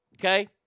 Okay